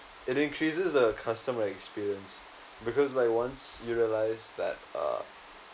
it increases the customer experience because like once you realize that uh